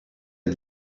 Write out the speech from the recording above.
est